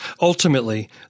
Ultimately